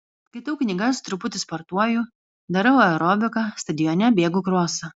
skaitau knygas truputį sportuoju darau aerobiką stadione bėgu krosą